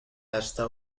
hasta